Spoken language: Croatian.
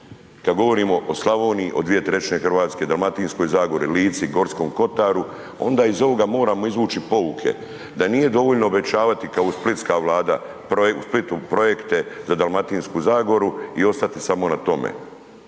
Kad govorimo o Slavoniji, o 2/3 Hrvatske, Dalmatinskoj zagori, Lici, Gorskom kotaru, onda iz ovoga moramo izvući pouke da nije dovoljno obećavati kao splitska vlada, u Splitu projekte za Dalmatinsku zagoru i ostati samo na tome,